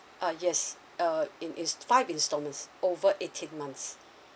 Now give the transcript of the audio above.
ah yes uh in ins five installments over eighteen months